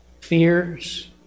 fears